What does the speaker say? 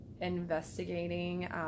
investigating